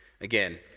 Again